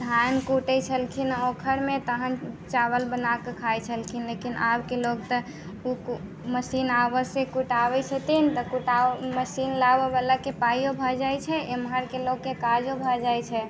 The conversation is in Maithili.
धान कूटैत छलखिन हेँ उखरिमे तखन चावल बना कऽ खाइत छलखिन लेकिन आबके लोक तऽ मशीन आबयसँ कुटाबैत छथिन तऽ कुटा मशीन लाबयवलाके पाइओ भऽ जाइत छै एम्हरके लोकके काजो भऽ जाइत छै